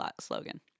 slogan